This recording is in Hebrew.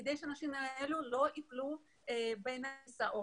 כדי שהאנשים האלה לא יפלו בין הכיסאות.